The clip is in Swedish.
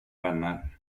vänner